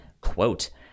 Quote